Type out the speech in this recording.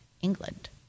England